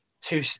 two